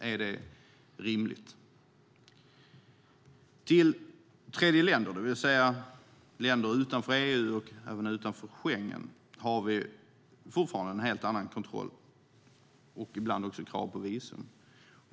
Är det rimligt? Till tredjeländer, det vill säga länder utanför EU och Schengen, är det fortfarande en helt annan kontroll och ibland också krav på visum.